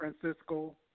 Francisco